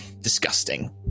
disgusting